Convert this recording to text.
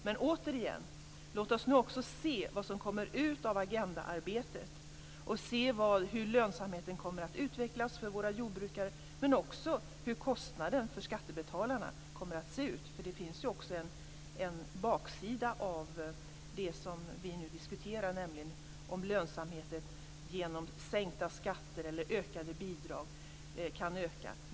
Men återigen: Låt oss nu också se vad som kommer ut av Agenda 2000-arbetet och se hur lönsamheten kommer att utvecklas för våra jordbrukare, men också hur kostnaderna för skattebetalarna kommer att se ut. Det finns ju också en baksida av det som vi nu diskuterar, nämligen om lönsamheten genom sänkta skatter eller ökade bidrag kan öka.